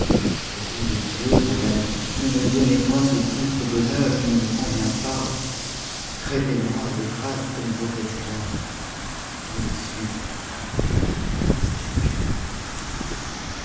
au nom de dieu madame ne me donnez point ce titre d'honneur il ne me convient pas traitez moi de grâce comme votre esclave je le suis et je ne cesserai jamais de t'être